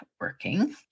working